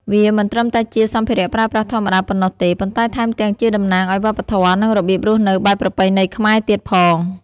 វាមិនត្រឹមតែជាសម្ភារៈប្រើប្រាស់ធម្មតាប៉ុណ្ណោះទេ ប៉ុន្តែថែមទាំងជាតំណាងឱ្យវប្បធម៌ និងរបៀបរស់នៅបែបប្រពៃណីខ្មែរទៀតផង។